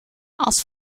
als